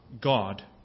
God